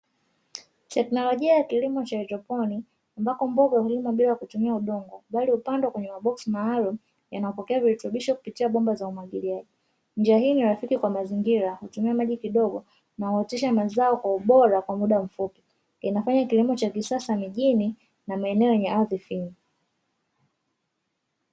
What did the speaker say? Teknolojia ya kilimo cha haifroponi, ambako mboga hulimwa bila kutumia udongo bali hupandwa kwenye maboksi maalumu yanayopokea virutubisho kupitia bomba za umwagiliaji. Njia hii ni rafiki kwa mazingira, hutumia maji kidogo na huotesha mazao kwa ubora kwa muda mfupi. Inafanya kilimo cha kisasa mijini na maeneo yenye ardhi finyu.